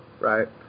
right